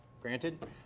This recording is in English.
Granted